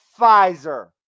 Pfizer